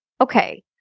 Okay